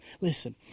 Listen